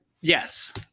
Yes